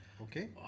Okay